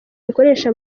bikoresha